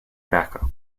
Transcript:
backup